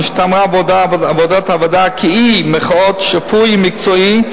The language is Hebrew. נשתמרה עבודת הוועדה כ"אי" שפוי ומקצועי,